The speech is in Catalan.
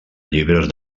llibres